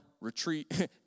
retreat